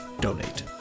donate